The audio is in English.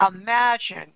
imagine